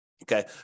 Okay